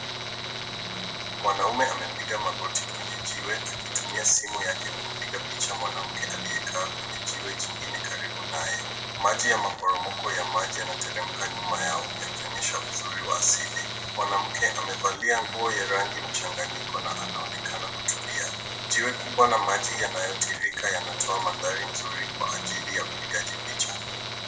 Mwanaume amepiga magoti kwenye jiwe, akitumia simu yake kupiga picha mwanamke, aliyekaa kwenye jiwe jingine karibu naye. Maji ya maporomoko ya maji yanateremka nyuma yao, yakionyesha uzuri wa asili. Mwanamke amevalia nguo ya rangi mchanganyiko na anaonekana kutulia. Jiwe kubwa na maji yanayotiririka yanatoa mandhari nzuri, kwa ajili ya upigaji picha.